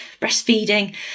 breastfeeding